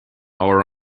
our